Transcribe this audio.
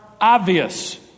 obvious